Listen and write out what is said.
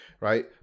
Right